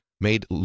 made